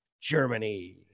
Germany